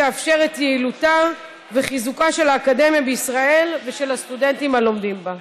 שתאפשר את יעילותה וחיזוקה של האקדמיה בישראל ושל הסטודנטים הלומדים בה.